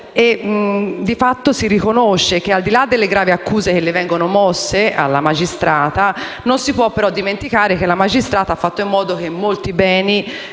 di fatto si riconosce che, al di là delle gravi accuse che vengono mosse alla magistrata, non si può dimenticare che la stessa ha fatto in modo che molti beni